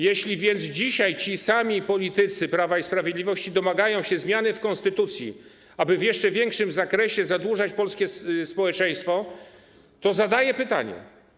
Jeśli więc dzisiaj ci sami politycy Prawa i Sprawiedliwości domagają się zmiany w konstytucji, aby w jeszcze większym zakresie zadłużać polskie społeczeństwo, to zadaję pytanie: